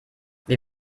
wir